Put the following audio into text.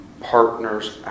partners